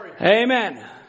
Amen